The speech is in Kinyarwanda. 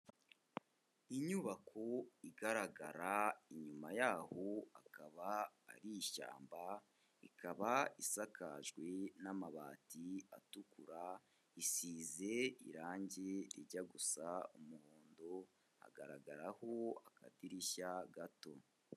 Inyubako igaragara inyuma yaho akaba ari ishyamba, ikaba isakajwe n'amabati atukura, isize irangi rijya gusa umuhondo, hagaragaraho akadirishya gato.